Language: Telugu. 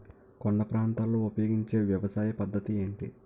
కొండ ప్రాంతాల్లో ఉపయోగించే వ్యవసాయ పద్ధతి ఏంటి?